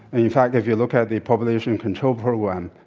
and in fact, if you look at the population control program,